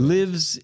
lives